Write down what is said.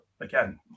Again